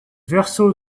verso